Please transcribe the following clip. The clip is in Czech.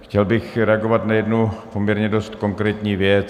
Chtěl bych reagovat na jednu poměrně dost konkrétní věc.